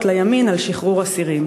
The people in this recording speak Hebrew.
לימין על שחרור אסירים?